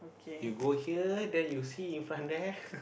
you go here then you see in front there